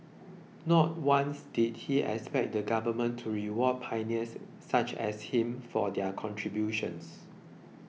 not once did he expect the Government to reward pioneers such as him for their contributions